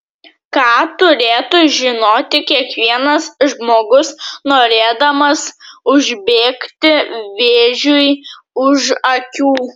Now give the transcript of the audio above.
ką turėtų žinoti kiekvienas žmogus norėdamas užbėgti vėžiui už akių